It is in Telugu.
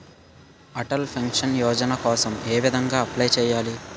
అటల్ పెన్షన్ యోజన కోసం ఏ విధంగా అప్లయ్ చేసుకోవాలి?